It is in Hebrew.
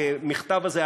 המכתב הזה,